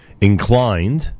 inclined